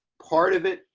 part of it,